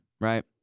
right